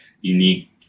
unique